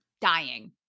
dying